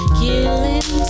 killing